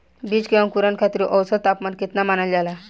बीज के अंकुरण खातिर औसत तापमान केतना मानल जाला?